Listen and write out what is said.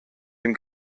dem